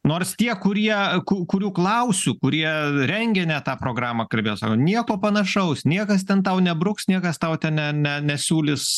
nors tie kurie ku kurių klausiu kurie rengė net tą programą kalbėjo sako nieko panašaus niekas ten tau nebruks niekas tau ne ne nesiūlys